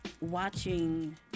watching